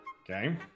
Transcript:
okay